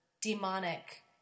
demonic